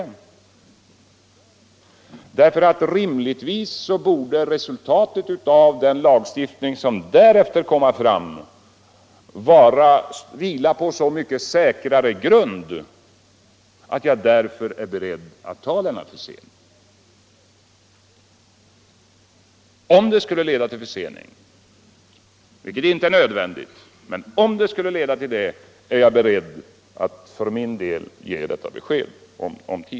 Rimligtvis borde resultatet av den lagstiftning som därefter sker vila på så mycket säkrare grund att man kan vara beredd att ta denna försening. Om det skulle leda till försening, vilket inte är nödvändigt, är jag beredd att för min del ge detta besked.